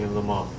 le mans.